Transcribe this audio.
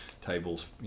tables